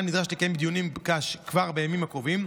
נדרש לקיים דיונים כבר בימים הקרובים,